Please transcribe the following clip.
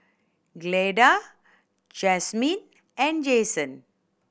Clyda Jasmine and Jayson